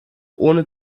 ohne